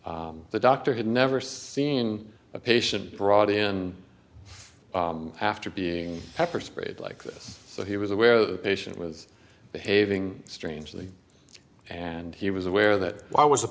the doctor had never seen a patient brought in after being pepper sprayed like this so he was aware the patient was behaving strangely and he was aware that i was a